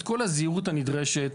את כל הזהירות הנדרשת.